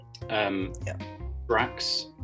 Brax